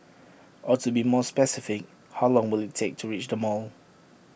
or to be more specific how long will IT take to reach the mall